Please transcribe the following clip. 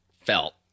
felt